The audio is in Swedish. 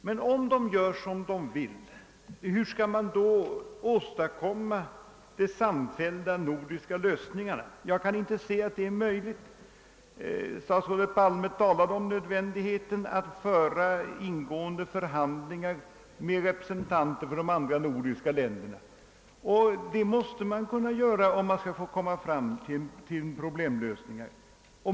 Men om de gör som de vill, hur skall man då kunna åstadkomma samfällda nordiska lösningar? Jag kan inte se att det är möjligt. Statsrådet Palme talade om nödvändigheten av att föra ingående förhandlingar med representanter för de nordiska länderna. Det måste man kunna göra om man skall komma fram till nordiska problemlösningar.